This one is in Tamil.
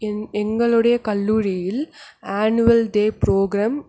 எங்களுடைய கல்லூரியில் ஆனுவல் டே ப்ரோக்ராம்